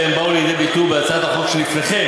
והן באו לידי ביטוי בהצעת החוק שלפניכם.